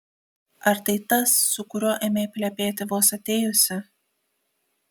ar tai tas su kuriuo ėmei plepėti vos atėjusi